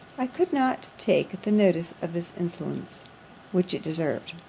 i could not take the notice of this insolence which it deserved.